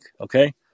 okay